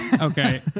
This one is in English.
Okay